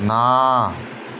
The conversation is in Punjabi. ਨਾ